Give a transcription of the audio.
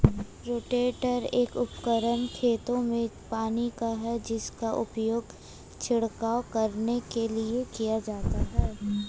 rotator एक उपकरण है जिसका उपयोग खेतों में पानी का छिड़काव करने के लिए किया जाता है